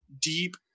deep